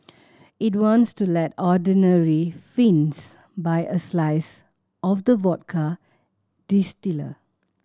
it wants to let ordinary Finns buy a slice of the vodka distiller